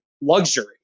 luxury